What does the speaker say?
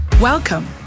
Welcome